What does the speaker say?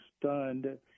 stunned